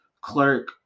clerk